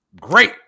great